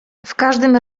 każdym